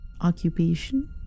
Occupation